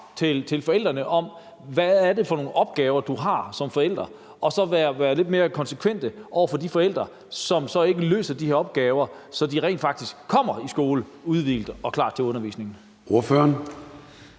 i forhold til hvad det er for nogle opgaver, man har som forældre, og så være lidt mere konsekvente over for de forældre, som ikke løser de her opgaver, så de rent faktisk kommer i skole udhvilet og klar til undervisning. Kl.